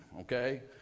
okay